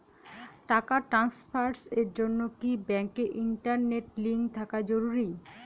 টাকা ট্রানস্ফারস এর জন্য কি ব্যাংকে ইন্টারনেট লিংঙ্ক থাকা জরুরি?